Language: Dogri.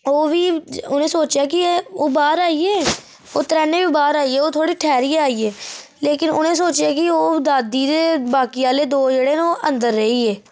ओह् बी उ'नें सोचेेआ कि ओह् ओह् बाहर आई गे ओह् त्रैनें बाहर आई गेह् ओह् थोड़े ठैहरिए आई गे लेकिन उनें सोचेआ कि हुन दादी ते बाकी आह्ले जेह्डे दो जेह्ड़े ना अंदर रेही गे